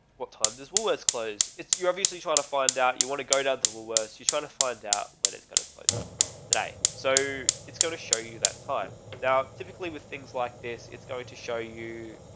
what time does woolworths close? it's, you obviously try to find out. you want to go down to woolworths, you're trying to find out when it's got to close today. so it's going to show you that time. now, typically with things like this, it's going to show you.